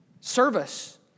Service